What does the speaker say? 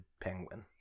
penguin